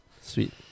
Sweet